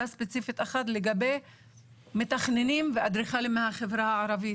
ספציפית אחת לגבי מתכננים ואדריכלים מהחברה הערבית.